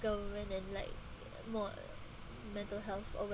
go went and like uh more uh mental health awareness